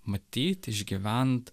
matyt išgyvent